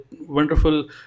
wonderful